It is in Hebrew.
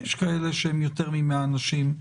יש כאלה שהם יותר מ-100 אנשים.